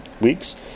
weeks